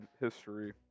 history